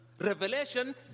revelation